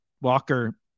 Walker